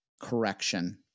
correction